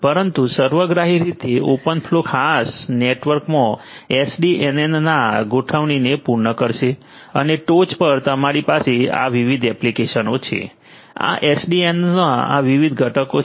પરંતુ સર્વગ્રાહી રીતે ઓપનફ્લો ખાસ નેટવર્કમાં એસડીએનના ગોઠવણીને પૂર્ણ કરશે અને ટોચ પર તમારી પાસે આ વિવિધ એપ્લિકેશનો છે આ એસડીએનનાં આ વિવિધ ઘટકો છે